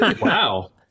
Wow